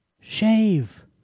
Shave